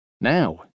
Now